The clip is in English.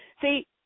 See